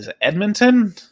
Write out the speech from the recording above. Edmonton